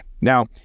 Now